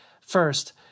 First